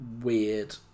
weird